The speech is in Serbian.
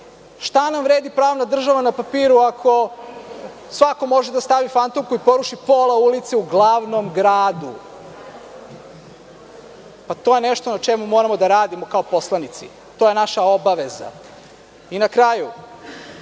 Šta nam vredi pravna država na papiru ako svako može da stavi fantomku i poruši pola ulice u glavnom gradu. To je nešto na čemu moramo da radimo kao poslanici, to je naša obaveza. Na kraju,